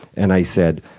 and i said,